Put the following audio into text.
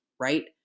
right